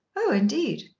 oh, indeed.